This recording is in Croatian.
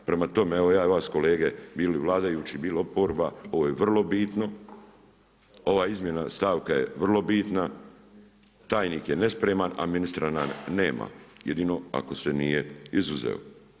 Prema tome evo ja vas kolege, bili vladajući, bili oporba, ovo je vrlo bitno, ovaj izmjena stavka je vrlo bitna, tajnik je nespreman a ministra nam nema, jedino ako se nije izuzeo.